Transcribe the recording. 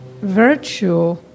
virtue